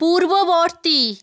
পূর্ববর্তী